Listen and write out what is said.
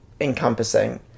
encompassing